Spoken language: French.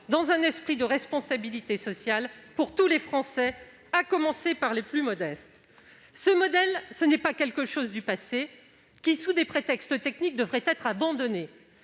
dans un esprit de responsabilité sociale pour tous les Français, à commencer par les plus modestes. Ce modèle, ce n'est pas quelque chose du passé qui, sous des prétextes techniques, devrait être abandonné.